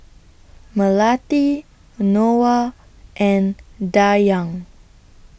Melati Noah and Dayang